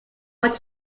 watch